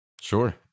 sure